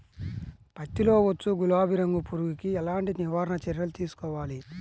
పత్తిలో వచ్చు గులాబీ రంగు పురుగుకి ఎలాంటి నివారణ చర్యలు తీసుకోవాలి?